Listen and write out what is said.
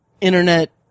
internet